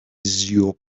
your